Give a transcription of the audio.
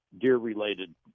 Deer-related